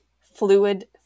Fluid